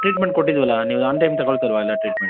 treatment ಕೊಟ್ಟಿದ್ದೀವಲ್ಲ ನೀವು on time ತಗೋತ ಇಲ್ಲವಾ ಎಲ್ಲ ಟ್ರಿಟ್ಮೆಂಟ್